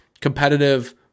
competitive